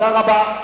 תודה רבה.